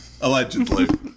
Allegedly